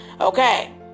Okay